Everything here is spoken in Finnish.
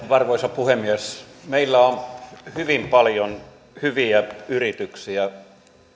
arvoisa puhemies meillä on hyvin paljon hyviä yrityksiä